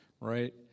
right